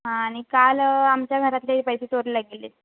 हां आणि काल आमच्या घरातले पैसे चोरीला गेलेत